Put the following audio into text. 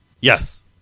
Yes